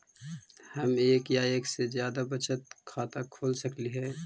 हम एक या एक से जादा बचत खाता खोल सकली हे?